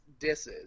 disses